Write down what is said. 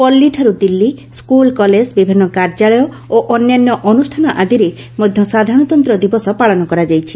ପଲ୍ଲୀଠାରୁ Delhi school college ବିଭିନ୍ତ କାର୍ଯ୍ୟାଳୟ ଓ ଅନ୍ୟାନ୍ୟ ଅନୁଷ୍ଠାନ ଆଦିରେ ମଧ୍ୟ ସାଧାରଣତନ୍ତ ଦିବସ ପାଳନ କରାଯାଇଛି